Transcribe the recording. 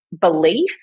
belief